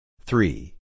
Three